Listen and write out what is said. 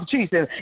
Jesus